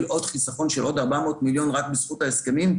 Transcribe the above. עוד חיסכון של עוד 400 מיליון רק בזכות ההסכמים,